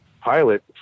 pilot